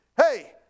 Hey